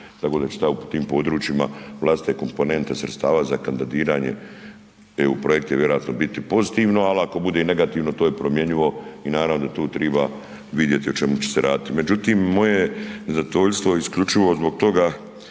tako da će tamo u tim područjima vlastite komponente sredstava za kandidiranje EU projekti vjerojatno biti pozitivno, al ako bude i negativno, to je promjenjivo i naravno da tu triba vidjeti o čemu će se raditi. Međutim, moje je zadovoljstvo isključivo zbog toga